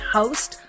host